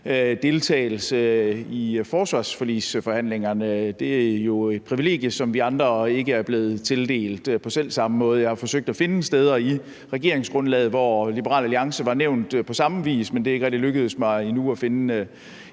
deltagelse i forsvarsforligsforhandlingerne. Det er jo et privilegie, som vi andre ikke er blevet tildelt på samme måde. Jeg har forsøgt at finde steder i regeringsgrundlaget, hvor Liberal Alliance var nævnt på samme vis, men det er ikke lykkedes mig endnu at finde